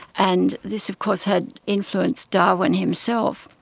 and this of course had influenced darwin himself.